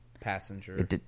Passenger